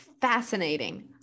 fascinating